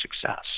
success